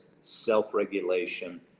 self-regulation